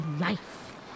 life